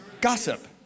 Gossip